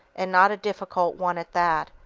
and not a difficult one at that,